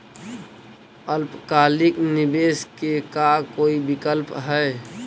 अल्पकालिक निवेश के का कोई विकल्प है?